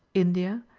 india,